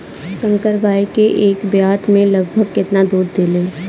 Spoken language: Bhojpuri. संकर गाय एक ब्यात में लगभग केतना दूध देले?